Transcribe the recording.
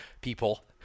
people